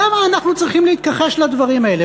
למה אנחנו צריכים להתכחש לדברים האלה?